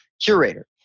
Curator